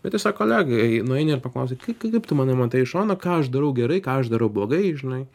bet tiesiog kolegai nueini ir paklausi kai kai kaip tu manai matai iš šono ką aš darau gerai ką aš darau blogai žinai